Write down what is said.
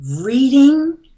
Reading